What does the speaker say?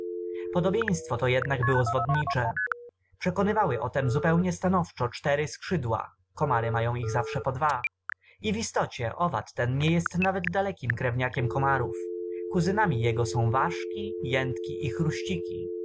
podobieństwo to jednak było zwodnicze przekonywały o tem zupełnie stanowczo cztery skrzydła komary mają ich zawsze po dwa i w istocie owad ten nie jest nawet dalekim krewniakiem komarów kuzynami jego są ważki jętki i